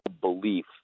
belief